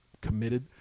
committed